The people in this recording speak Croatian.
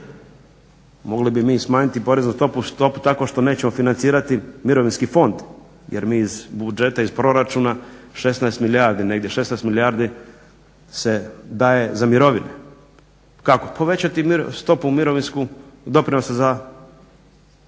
Mogli bi mi smanjiti poreznu stopu tako što nećemo financirati Mirovinski fond jer mi iz budžete iz proračuna 16 milijardi negdje, 16 milijardi se daje za mirovine. Kako? Povećati stopu mirovinsku, doprinosa pa